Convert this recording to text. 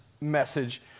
message